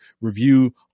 review